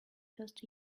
first